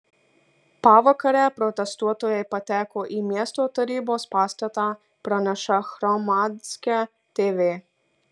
pavakarę protestuotojai pateko į miesto tarybos pastatą praneša hromadske tv